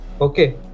Okay